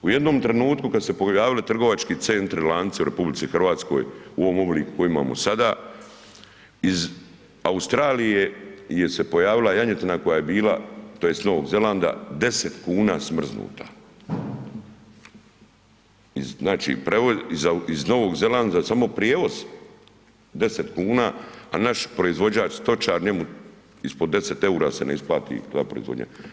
U jednom trenutku kad su se pojavili trgovački centri, lanci u RH u ovom obliku u kojem imamo sada, iz Australije je se pojavila janjetina koja je bila tj. Novog Zelanda 10 kuna smrznuta, iz, znači, iz Novog Zelanda samo prijevoz 10 kuna, a naš proizvođač, stočar, njemu ispod 10 EUR-a se ne isplati ta proizvodnja.